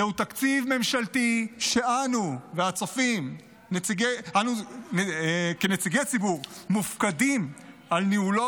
זהו תקציב ממשלתי שאנו כנציגי הציבור מופקדים על ניהולו